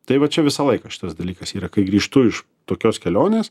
tai va čia visą laiką šitas dalykas yra kai grįžtu iš tokios kelionės